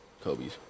Kobe's